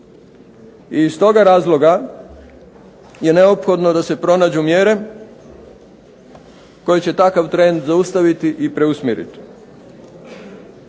Iz toga razloga je neophodno da se pronađu mjere koje će takav trend zaustaviti i preusmjeriti.